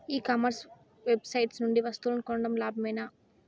ఈ commerce website నుండి వస్తువులు కొనడం లాభమేనా?